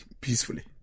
peacefully